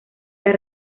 las